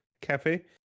Cafe